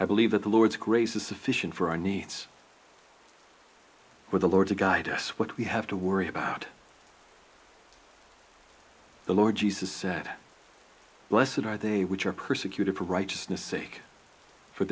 i believe that the lord's grace is sufficient for our needs where the lord to guide us what we have to worry about the lord jesus said bless it are they which are persecuted for righteousness sake for